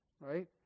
right